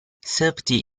safety